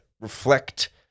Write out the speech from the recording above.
reflect